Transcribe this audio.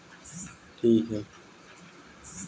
कवनो भी काम शुरू कर दअ अउरी ओके मन से ना चलावअ तअ उ डूब जाला